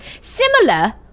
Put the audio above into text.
Similar